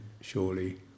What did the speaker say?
surely